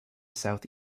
south